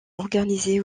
organisé